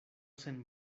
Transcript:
sen